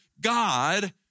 God